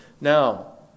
now